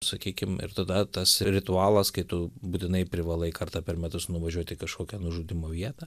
sakykim ir tada tas ritualas kai tu būtinai privalai kartą per metus nuvažiuoti į kažkokią nužudymo vietą